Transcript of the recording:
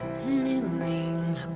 Kneeling